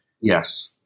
Yes